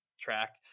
track